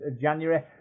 January